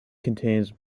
contains